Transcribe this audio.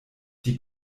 die